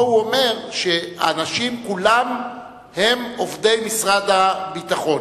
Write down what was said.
פה הוא אומר שהאנשים כולם הם עובדי משרד הביטחון.